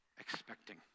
expecting